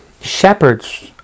shepherds